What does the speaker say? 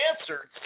answered